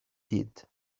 did